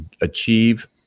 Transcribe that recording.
achieve